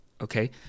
Okay